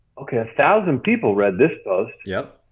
okay a thousand people read this post. yeah